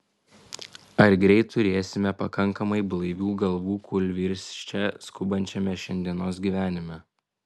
ar greit turėsime pakankamai blaivių galvų kūlvirsčia skubančiame šiandienos gyvenime